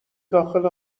داخل